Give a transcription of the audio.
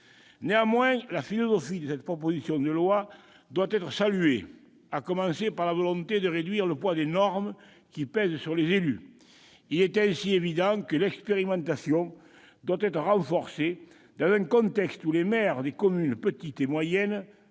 Néanmoins la philosophie de cette proposition de loi doit être saluée, à commencer par la volonté de réduire le poids des normes pesant sur les élus. Il est ainsi évident que l'expérimentation doit être renforcée, dans un contexte où les maires des communes petites et moyennes